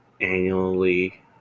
annually